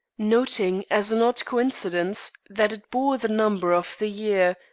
noting as an odd coincidence that it bore the number of the year,